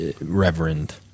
reverend